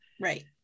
Right